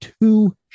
two